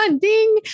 Ding